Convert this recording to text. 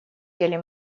деле